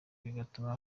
bigatuma